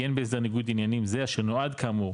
אין בהסדר ניגוד עניינים זה אשר נועד כאמור